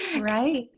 Right